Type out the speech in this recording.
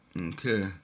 okay